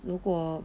如果